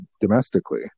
domestically